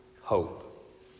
hope